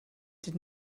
did